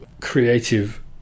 creative